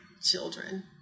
children